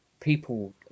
people